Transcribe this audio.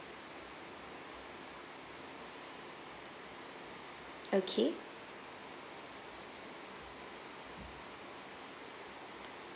okay